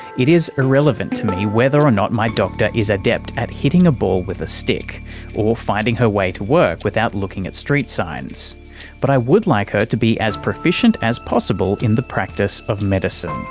it is irrelevant to me whether or not my doctor is adept at hitting a ball with a stick or finding her way to walk without looking at street signs but i would like her to be as proficient as possible in the practice of medicine.